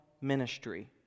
ministry